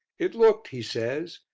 it looked, he says,